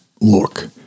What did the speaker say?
look